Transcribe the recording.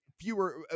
Fewer